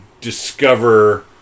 discover